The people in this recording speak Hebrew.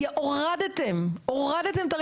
הורדתם את מספר